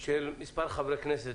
של מספר חברי כנסת.